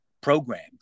programmed